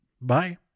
Bye